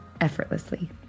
effortlessly